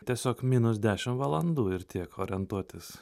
tiesiog minus dešim valandų ir tiek orientuotis